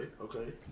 okay